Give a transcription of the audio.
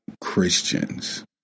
Christians